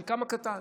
חלקם הקטן.